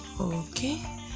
okay